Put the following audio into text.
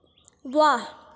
वाह